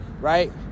right